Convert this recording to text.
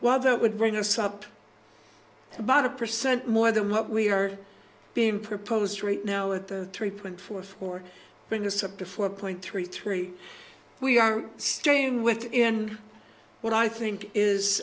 while that would bring us up about a percent more them up we are being proposed right now at the three point four four bring us up to four point three three we are staying within what i think is